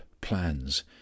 plans